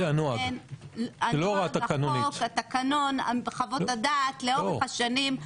החוק, התקנון, חוות הדעת לאורך השנים,